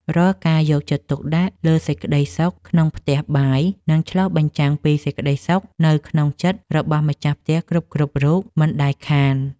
រាល់ការយកចិត្តទុកដាក់លើសេចក្តីសុខក្នុងផ្ទះបាយនឹងឆ្លុះបញ្ចាំងពីសេចក្តីសុខនៅក្នុងចិត្តរបស់ម្ចាស់ផ្ទះគ្រប់ៗរូបមិនដែលខាន។